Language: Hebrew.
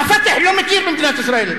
ה"פתח" לא מכיר במדינת ישראל,